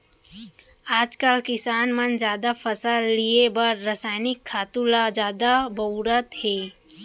आजकाल किसान मन जादा फसल लिये बर रसायनिक खातू ल जादा बउरत हें